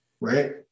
right